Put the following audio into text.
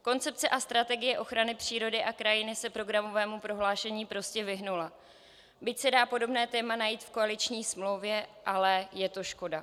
Koncepce a strategie ochrany přírody a krajiny se programovému prohlášení prostě vyhnula, byť se dá podobné téma najít v koaliční smlouvě, ale je to škoda.